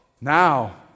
Now